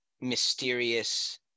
mysterious